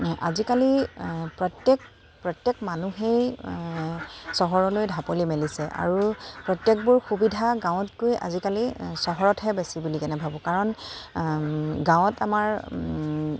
আজিকালি প্ৰত্যেক প্ৰত্যেক মানুহেই চহৰলৈ ঢাপলি মেলিছে আৰু প্ৰত্যেকবোৰ সুবিধা গাঁৱতকৈ আজিকালি চহৰতহে বেছি বুলি কেনে ভাবোঁ কাৰণ গাঁৱত আমাৰ